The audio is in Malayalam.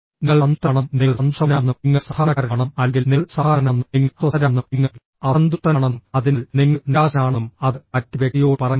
നിങ്ങൾ സന്തുഷ്ടനാണെന്നും നിങ്ങൾ സന്തോഷവാനാണെന്നും നിങ്ങൾ സാധാരണക്കാരനാണെന്നും അല്ലെങ്കിൽ നിങ്ങൾ അസാധാരണനാണെന്നും നിങ്ങൾ അസ്വസ്ഥരാണെന്നും നിങ്ങൾ അസന്തുഷ്ടനാണെന്നും അതിനാൽ നിങ്ങൾ നിരാശനാണെന്നും അത് മറ്റേ വ്യക്തിയോട് പറയും